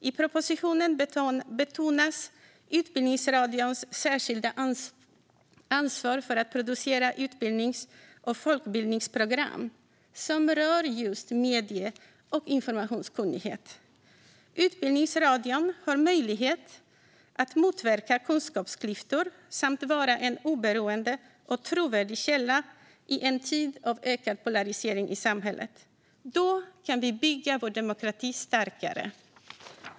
I propositionen betonas Utbildningsradions särskilda ansvar för att producera utbildnings och folkbildningsprogram som rör just medie och informationskunnighet. Utbildningsradion har möjlighet att motverka kunskapsklyftor samt vara en oberoende och trovärdig källa i en tid av ökad polarisering i samhället. Då kan vi bygga vår demokrati starkare.